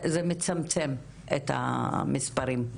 זה מצמצם את המספרים.